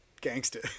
gangster